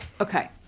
okay